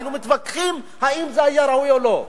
היינו מתווכחים אם זה היה ראוי או לא.